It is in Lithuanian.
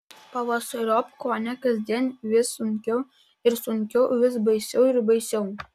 pavasariop kone kasdien vis sunkiau ir sunkiau vis baisiau ir baisiau